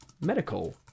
medical